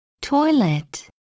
Toilet